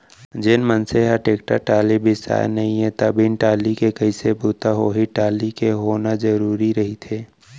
जेन मनसे ह टेक्टर टाली बिसाय नहि त बिन टाली के कइसे बूता होही टाली के होना जरुरी रहिथे